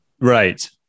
right